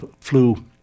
flu